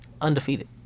Undefeated